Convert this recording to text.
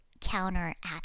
counteract